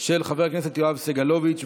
של חבר הכנסת יואב סגלוביץ',